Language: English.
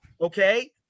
Okay